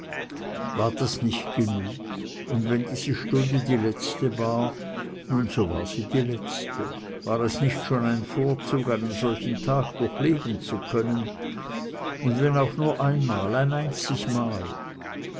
war das nicht genug und wenn diese stunde die letzte war nun so war sie die letzte war es nicht schon ein vorzug einen solchen tag durchleben zu können und wenn auch nur einmal ein einzig mal